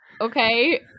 Okay